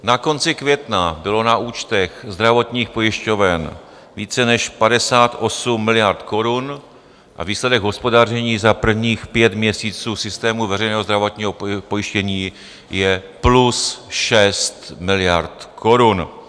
Na konci května bylo na účtech zdravotních pojišťoven více než 58 miliard korun a výsledek hospodaření za prvních pět měsíců systému veřejného zdravotního pojištění je plus 6 miliard korun.